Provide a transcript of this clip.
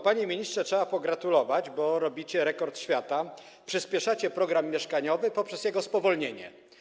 Panie ministrze, trzeba tu pogratulować, bo bijecie rekord świata: przyspieszacie program mieszkaniowy poprzez jego spowolnienie.